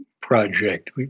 project